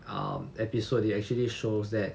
um episodes that actually shows that